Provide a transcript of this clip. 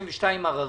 אמרתי,